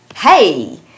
Hey